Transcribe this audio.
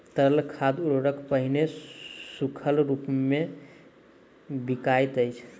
तरल खाद उर्वरक पहिले सूखल रूपमे बिकाइत अछि